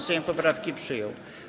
Sejm poprawki przyjął.